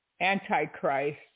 Antichrist